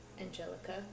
Angelica